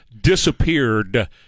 disappeared